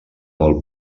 del